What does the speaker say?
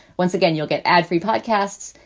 once again, you'll get ad free podcasts,